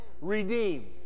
redeemed